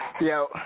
Yo